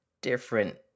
different